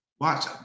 Watch